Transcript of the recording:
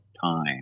time